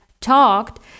talked